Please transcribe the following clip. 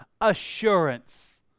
assurance